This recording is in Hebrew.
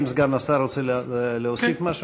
האם סגן השר רוצה להוסיף משהו?